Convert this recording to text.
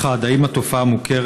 רצוני לשאול: 1. האם התופעה מוכרת?